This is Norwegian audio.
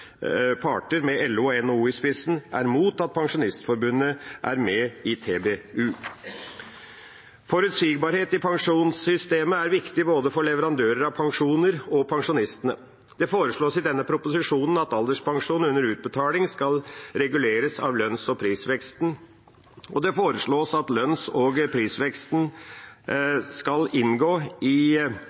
parter, med LO og NHO i spissen, er imot at Pensjonistforbundet er med i TBU. Forutsigbarhet i pensjonssystemet er viktig både for leverandører av pensjoner og for pensjonistene. Det foreslås i denne proposisjonen at alderspensjon under utbetaling skal reguleres av lønns- og prisveksten, og det foreslås at lønns- og prisveksten skal inngå i